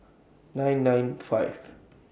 nine nine five